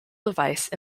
device